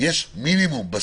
יש מינימום, בסיס,